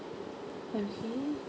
okay